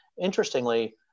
Interestingly